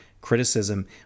criticism